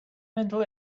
mental